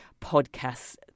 podcast's